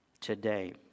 today